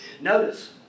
Notice